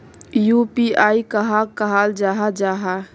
UPI कहाक कहाल जाहा जाहा?